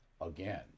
again